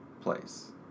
place